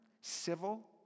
civil